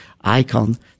icon